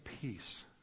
peace